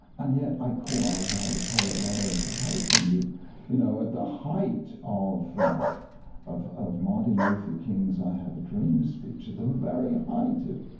and yet, i call isaiah the poet laureate of hope, and you know at the height of of martin luther king's i have a dream speech, at the very height of it,